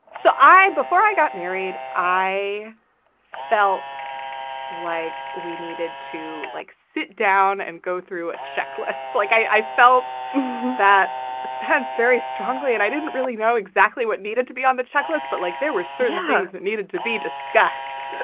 so i before i got married, i felt like we needed to like sit down and go through a checklist. like i felt that sense very strongly and i didn't really know exactly what needed to be on the checklist. but like, there were certain things that needed to be discussed,